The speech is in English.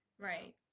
Right